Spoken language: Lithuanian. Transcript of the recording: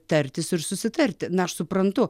tartis ir susitarti na aš suprantu